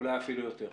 אולי אפילו יותר.